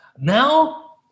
Now